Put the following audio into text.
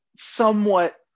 somewhat